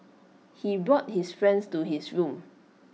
he brought his friends to his room